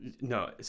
No